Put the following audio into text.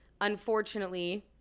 Unfortunately